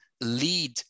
lead